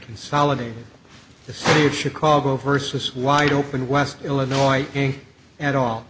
consolidated the city of chicago versus wide open west illinois at all